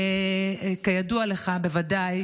כידוע לך בוודאי,